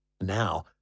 Now